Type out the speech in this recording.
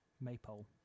maypole